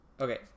Okay